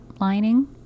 lining